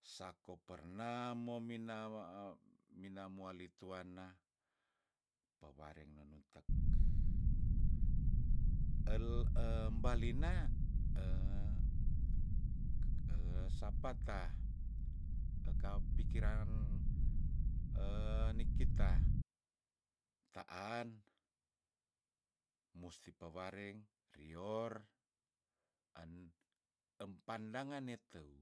Sako pernah momina we a mina mowali tuanna pewareng nenutek el em balinea sapa ta ekau pikiran nikita taan musti pewareng rior an empandangan neteu